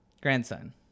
Grandson